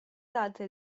altri